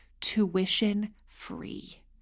tuition-free